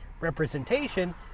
representation